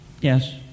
Yes